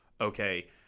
okay